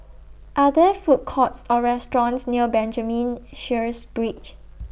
Are There Food Courts Or restaurants near Benjamin Sheares Bridge